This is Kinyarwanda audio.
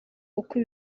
uko